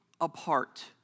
apart